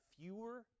fewer